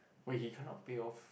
wait he cannot pay off